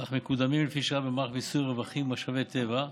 אך מקודמים לפי שעה במערך מיסוי רווחים ממשאבי טבע,